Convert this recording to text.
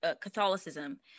Catholicism